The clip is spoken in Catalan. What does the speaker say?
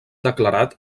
declarat